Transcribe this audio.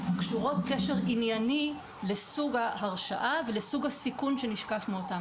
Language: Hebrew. קשורות קשר ענייני לסוג ההרשעה ולסוג הסיכון שנשקף מאותם